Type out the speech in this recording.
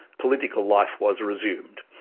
political life was resumed.